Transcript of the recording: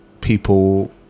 people